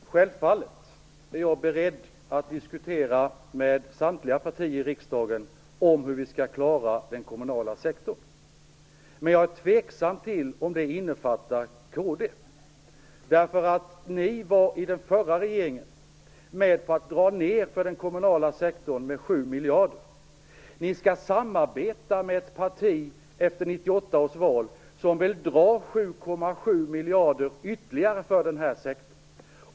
Herr talman! Självfallet är jag beredd att diskutera med samtliga partier i riksdagen om hur vi skall klara den kommunala sektorn. Men jag är tveksam till om detta innefattar kd. Ni var i den förra regeringen med om att dra ned på den kommunala sektorn med 7 miljarder. Ni skall samarbeta med ett parti efter 1998 års val som vill dra 7,7 miljarder ytterligare från den här sektorn.